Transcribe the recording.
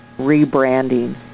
rebranding